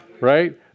right